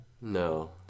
No